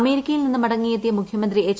അമേരിക്കയിൽ നിന്നും മടങ്ങിയെത്തിയ മുഖ്യമന്ത്രി എച്ച്